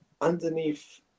underneath